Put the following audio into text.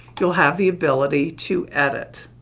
you'll have the ability to edit.